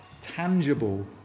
tangible